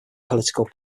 political